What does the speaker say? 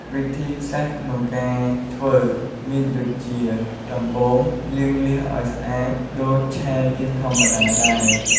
វិធីសាស្រ្តក្នុងការធ្វើ មានដូចជា ដំបូង លាងលៀសឱ្យស្អាតដូចឆាលៀសធម្មតាដែរ។